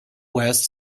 west